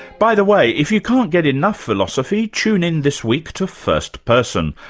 by the way, if you can't get enough philosophy, tune in this week to first person,